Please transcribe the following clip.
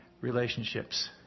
relationships